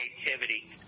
creativity